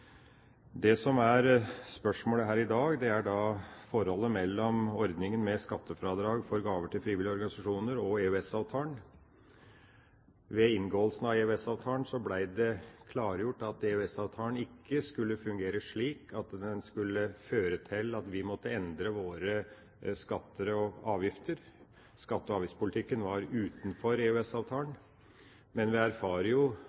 Det som er spørsmålet her i dag, er forholdet mellom ordninga med skattefradrag for gaver til frivillige organisasjoner og EØS-avtalen. Ved inngåelsen av EØS-avtalen ble det klargjort at EØS-avtalen ikke skulle fungere slik at den skulle føre til at vi måtte endre våre skatter og avgifter – skatte- og avgiftspolitikken var utenfor EØS-avtalen. Men vi erfarer jo